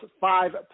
five